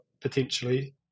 potentially